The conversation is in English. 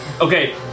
Okay